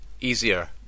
easier